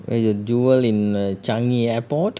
where the jewel in the changi airport